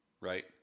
right